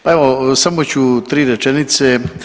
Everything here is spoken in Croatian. Pa evo samo ću tri rečenice.